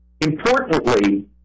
Importantly